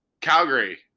Calgary